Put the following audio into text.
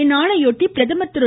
இந்நாளையொட்டி பிரதமர் திரு